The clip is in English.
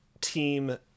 team